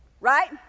Right